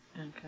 Okay